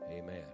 amen